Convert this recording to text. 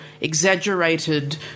exaggerated